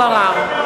(קוראת בשמות חברי הכנסת) טלב אבו עראר,